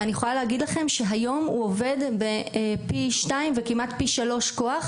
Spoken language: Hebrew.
ואני יכולה להגיד לכם שהיום הוא עובד פי 2 וכמעט פי 3 בטח,